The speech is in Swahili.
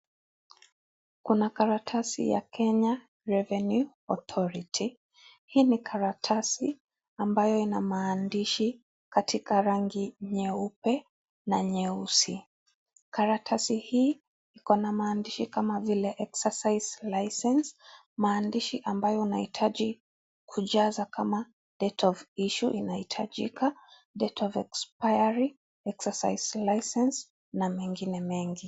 Kuna karatasi ya Kenya Revenue Authority .Hii ni karatasi, ambayo ina maandishi katika rangi nyeupe na nyeusi. Karatasi hii iko na maandishi kama vile, exercise License , maandishi ambayo unahitaji kujaza kama, date of issue inahitajika, date of expiry , exercise license na mengine mengi.